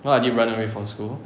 you know I did run away from school